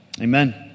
Amen